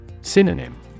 Synonym